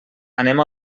anem